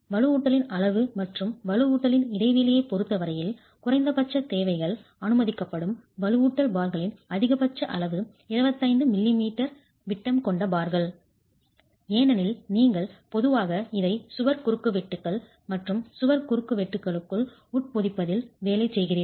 வலுவூட்டலின் அளவு மற்றும் வலுவூட்டலின் இடைவெளியைப் பொறுத்த வரையில் குறைந்தபட்சத் தேவைகள் அனுமதிக்கப்படும் வலுவூட்டல் பார்களின் அதிகபட்ச அளவு 25 மிமீ விட்டம் கொண்ட பார்கள் ஏனெனில் நீங்கள் பொதுவாக இதை சுவர் குறுக்குவெட்டுகள் மற்றும் சுவர் குறுக்குவெட்டுகளுக்குள் உட்பொதிப்பதில் வேலை செய்கிறீர்கள்